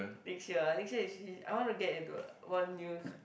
next year ah next year actually I wanna get into a one new co~